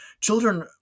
children